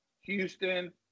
Houston